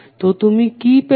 তো তুমি কি পেলে